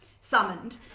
summoned